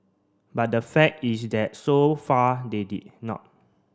but the fact is that so far they did not